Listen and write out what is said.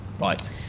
right